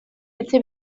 etxe